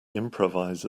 improvise